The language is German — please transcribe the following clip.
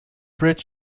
bridge